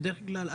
בדרך כלל א.5.